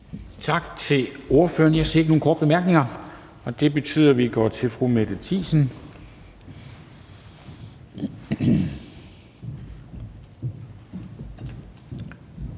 Tak til ordføreren. Jeg ser ikke nogen ønsker om korte bemærkninger, og det betyder, at vi går til fru Mette Thiesen,